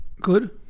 good